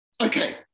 Okay